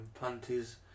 panties